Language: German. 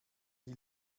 die